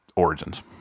origins